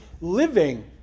living